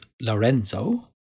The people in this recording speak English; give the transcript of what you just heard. Lorenzo